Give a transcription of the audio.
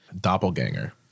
doppelganger